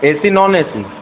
AC non AC